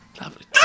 Lovely